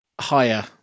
Higher